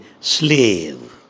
slave